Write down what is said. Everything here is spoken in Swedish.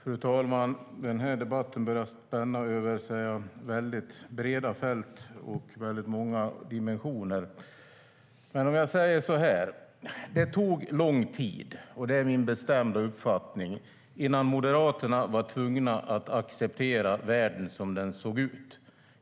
Fru talman! Den här debatten börjar spänna över väldigt breda fält och många dimensioner. Det är min bestämda uppfattning att det tog lång tid innan Moderaterna blev tvungna att acceptera världen som den såg ut.